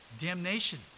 damnation